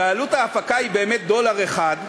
ועלות ההפקה היא באמת דולר אחד,